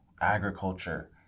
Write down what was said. agriculture